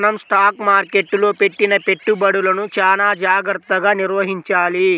మనం స్టాక్ మార్కెట్టులో పెట్టిన పెట్టుబడులను చానా జాగర్తగా నిర్వహించాలి